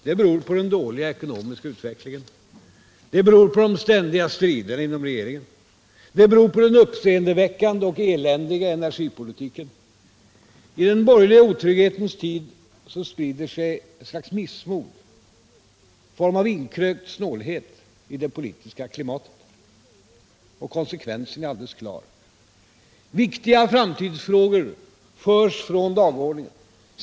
Den beror på den dåliga ekonomiska utvecklingen. Den beror på de ständiga striderna inom regeringen. Den beror på den uppseendeväckande och eländiga energipolitiken. I den borgerliga otrygghetens tid sprider sig ett slags missmod, en form av inkrökt snålhet i det politiska klimatet. Och konsekvensen är alldeles klar. Viktiga framtidsfrågor förs från dagordningen.